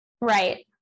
Right